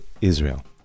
Israel